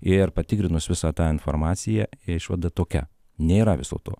ir patikrinus visą tą informaciją išvada tokia nėra viso to